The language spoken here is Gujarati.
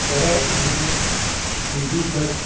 સરળ અને સીધી સટ